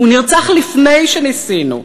הוא נרצח לפני שניסינו.